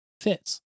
fits